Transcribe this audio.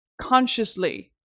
consciously